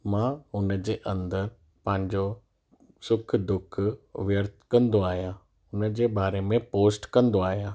मां उन जे अंदरु पंहिंजो सुख दुख व्यर्थ कंदो आहियां उन जे बारे में पोस्ट कंदो आहियां